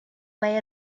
way